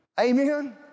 Amen